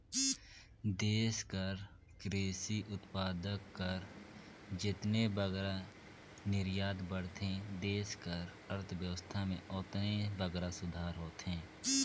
देस कर किरसी उत्पाद कर जेतने बगरा निरयात बढ़थे देस कर अर्थबेवस्था में ओतने बगरा सुधार होथे